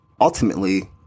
ultimately